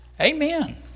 Amen